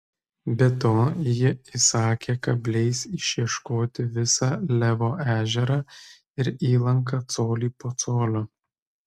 be to ji įsakė kabliais išieškoti visą levo ežerą ir įlanką colį po colio